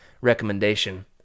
recommendation